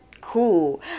Cool